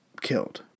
killed